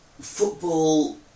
football